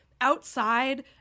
outside